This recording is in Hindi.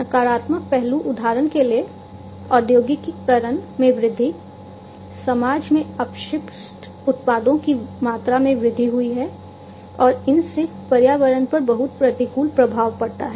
नकारात्मक पहलू उदाहरण के लिए औद्योगिकीकरण में वृद्धि समाज में अपशिष्ट उत्पादों की मात्रा में वृद्धि हुई है और इनसे पर्यावरण पर बहुत प्रतिकूल प्रभाव पड़ता है